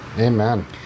Amen